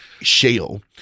Shale